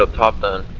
ah proper